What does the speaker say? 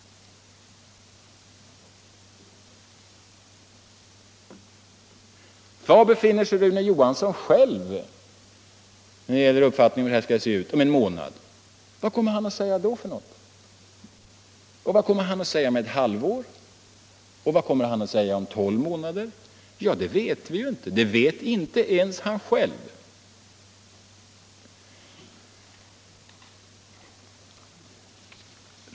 Vilken uppfattning om detta kommer Rune Johansson själv att ha om en månad? Vad kommer han att säga då? Och vad kommer han att säga om ett halvår eller om tolv månader? Det vet vi inte och det vet inte ens han själv.